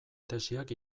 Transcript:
tesiak